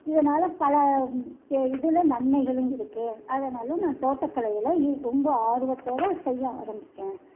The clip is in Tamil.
இதனால் பல தெ இதில் நன்மைகளும் இருக்கு அதனால் நான் தோட்டக்கலையில் இ ரொம்ப ஆர்வத்தோட செய்ய ஆரம்பிச்சேன்